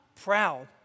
proud